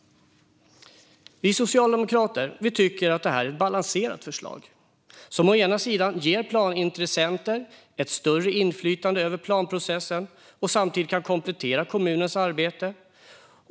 Vi socialdemokrater tycker att det här är ett balanserat förslag. Å ena sidan ges planintressenter ett större inflytande över planprocessen. Samtidigt kan de komplettera kommunens arbete.